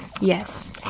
Yes